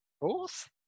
fourth